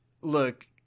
look